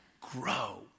grow